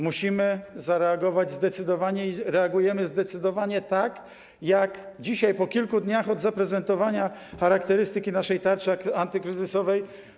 Musimy zareagować zdecydowanie, i reagujemy zdecydowanie, tak jak dzisiaj, po kilku dniach od zaprezentowania charakterystyki naszej tarczy antykryzysowej.